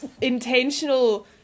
intentional